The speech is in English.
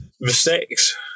mistakes